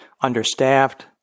understaffed